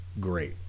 great